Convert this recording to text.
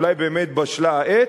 אולי באמת בשלה העת.